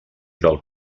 del